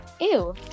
Ew